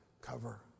cover